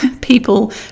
people